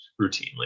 routinely